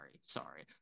sorry